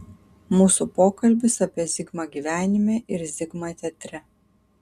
mūsų pokalbis apie zigmą gyvenime ir zigmą teatre